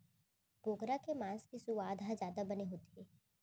बोकरा के मांस के सुवाद ह जादा बने होथे